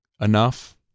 enough